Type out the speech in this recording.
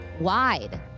wide